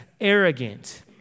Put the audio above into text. arrogant